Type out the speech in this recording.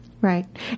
right